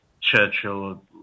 Churchill